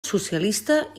socialista